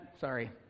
sorry